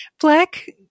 black